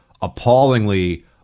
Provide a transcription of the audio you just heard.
appallingly